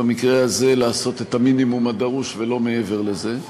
במקרה הזה לעשות את המינימום הדרוש ולא מעבר לזה.